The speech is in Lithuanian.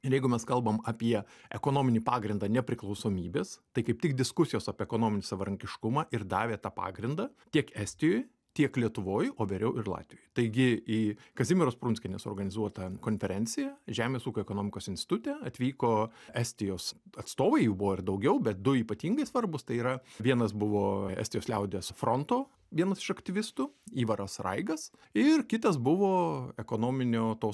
ir jeigu mes kalbam apie ekonominį pagrindą nepriklausomybės tai kaip tik diskusijos apie ekonominį savarankiškumą ir davė tą pagrindą tiek estijoj tiek lietuvoj o vėliau ir latvijoj taigi į kazimieros prunskienės organizuotą konferenciją žemės ūkio ekonomikos institute atvyko estijos atstovai jų buvo ir daugiau bet du ypatingai svarbūs tai yra vienas buvo estijos liaudies fronto vienas iš aktyvistų ivaras raigas ir kitas buvo ekonominio to